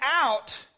out